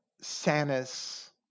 Sanus